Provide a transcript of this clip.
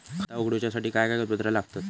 खाता उगडूच्यासाठी काय कागदपत्रा लागतत?